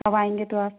कब आएंगे तो आप